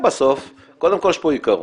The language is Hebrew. בסוף קודם כל יש פה עיקרון,